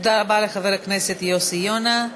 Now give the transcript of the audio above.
תודה רבה לחבר הכנסת יוסי יונה.